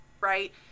right